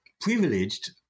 privileged